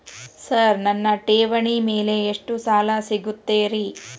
Sir ನನ್ನ ಠೇವಣಿ ಮೇಲೆ ಎಷ್ಟು ಸಾಲ ಸಿಗುತ್ತೆ ರೇ?